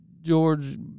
George